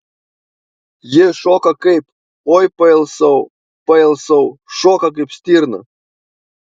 ji šoka kaip oi pailsau pailsau šoka kaip stirna